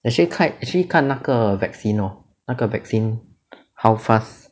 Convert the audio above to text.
actually 看 actually 看那个 vaccine lor 那个 vaccine how fast